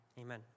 Amen